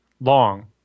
long